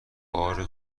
بار